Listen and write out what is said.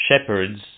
shepherds